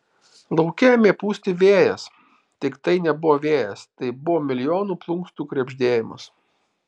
lauke ėmė pūsti vėjas tik tai nebuvo vėjas tai buvo milijonų plunksnų krebždėjimas